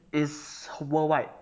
it's worldwide